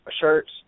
shirts